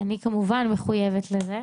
אני כמובן מחויבת לזה.